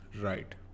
Right